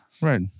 Right